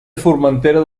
formentera